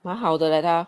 蛮好的 leh 他